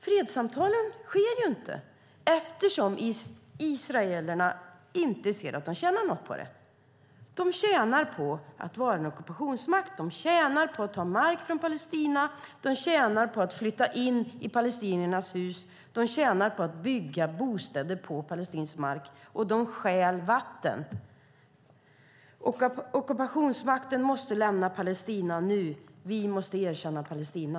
Fredssamtalen sker inte eftersom israelerna inte ser att de tjänar något på det. De tjänar på att vara en ockupationsmakt. De tjänar på att ta mark från Palestina. De tjänar på att flytta in i palestiniernas hus. De tjänar på att bygga bostäder på palestinsk mark. Och de stjäl vatten. Ockupationsmakten måste lämna Palestina nu. Vi måste erkänna Palestina.